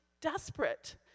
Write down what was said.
desperate